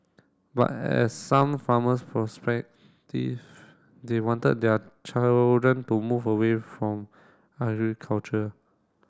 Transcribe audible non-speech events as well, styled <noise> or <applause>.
but as some farmers <unintelligible> they wanted their children to move away from agriculture